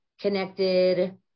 connected